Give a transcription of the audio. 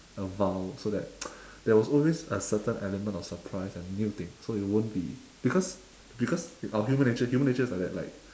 a veil so that there's always a certain element of surprise and new thing so you won't be because because our human nature human nature's like that like